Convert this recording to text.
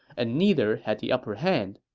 and neither had the upper hand.